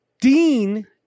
Dean